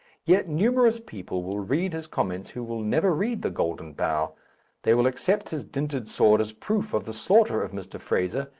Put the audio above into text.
yet numerous people will read his comments who will never read the golden bough they will accept his dinted sword as proof of the slaughter of mr. fraser,